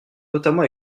notamment